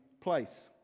place